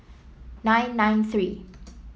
nine nine three